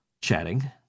chatting